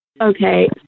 Okay